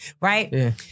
Right